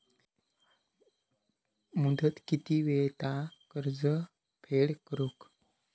मुदत किती मेळता कर्ज फेड करून?